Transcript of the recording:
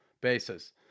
basis